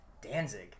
Danzig